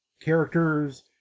characters